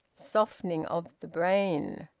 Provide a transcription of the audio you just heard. softening of the brain!